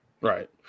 Right